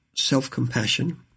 self-compassion